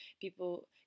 People